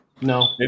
No